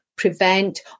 prevent